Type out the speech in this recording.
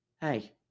hey